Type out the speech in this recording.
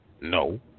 No